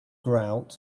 grout